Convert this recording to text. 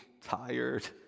tired